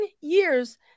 years